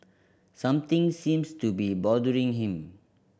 something seems to be bothering him